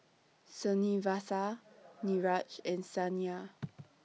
Srinivasa Niraj and Saina